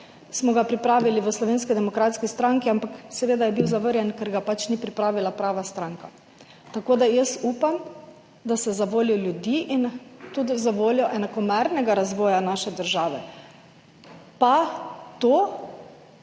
smo ga pripravili v Slovenski demokratski stranki, ampak je bil seveda zavrnjen, ker ga pač ni pripravila prava stranka. Jaz upam, da se, zavoljo ljudi in tudi zavoljo enakomernega razvoja naše države, to